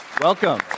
Welcome